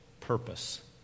purpose